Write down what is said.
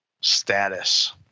Status